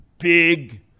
Big